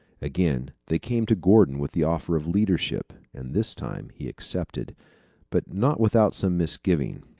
again they came to gordon with the offer of leadership, and this time he accepted but not without some misgiving.